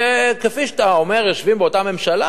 כפי שאתה אומר, יושבים באותה ממשלה.